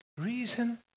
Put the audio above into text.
reason